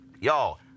Y'all